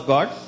God